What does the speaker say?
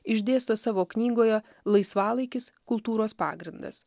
išdėsto savo knygoje laisvalaikis kultūros pagrindas